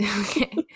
Okay